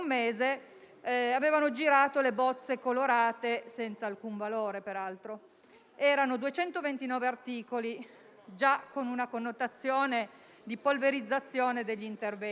erano girate le bozze colorate, senza alcun valore, peraltro. Erano 229 articoli, già con una connotazione di polverizzazione degli interventi.